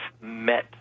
met